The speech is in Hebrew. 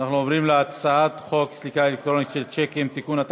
אנחנו עוברים להצבעה על הצעת חוק סליקה אלקטרונית של שיקים (תיקון),